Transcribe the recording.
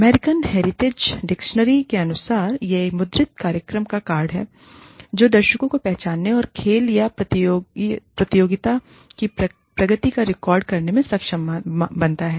American Heritage Dictionary के अनुसार यह एक मुद्रित कार्यक्रम या कार्ड है जो दर्शकों को पहचानने और खेल या प्रतियोगिता की प्रगति को रिकॉर्ड करने में सक्षम बनाता है